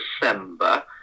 December